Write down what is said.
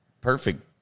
perfect